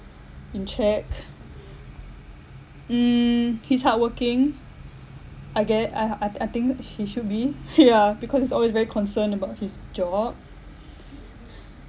in check mm he's hardworking I gue~ I I th~ I think he should be yeah because he's always very concerned about his job